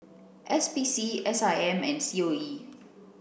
S P C S I M and C O E